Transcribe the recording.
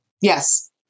Yes